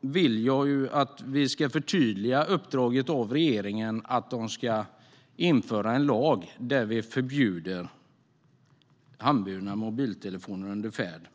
vill jag att vi ska förtydliga uppdraget till regeringen att de ska införa en lag om förbud mot handburna mobiltelefoner under färd.